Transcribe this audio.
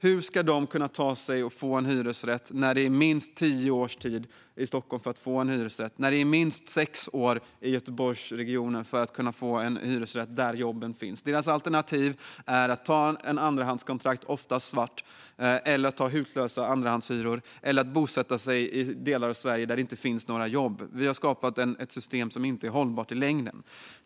Hur ska de kunna få en hyresrätt när det tar minst tio år i Stockholm och minst sex år i Göteborgsregionen att få en hyresrätt där jobben finns? Deras alternativ är ett andrahandskontrakt, ofta svart och med hutlös hyra, eller att bosätta sig i delar av Sverige där det inte finns några jobb. Vi har skapat ett system som inte är hållbart i längden.